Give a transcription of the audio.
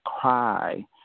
cry